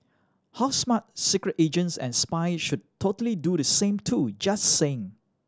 how smart secret agents and spies should totally do the same too just saying